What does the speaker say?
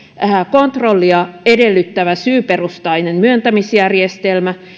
kontrollia edellyttävä syyperustainen myöntämisjärjestelmä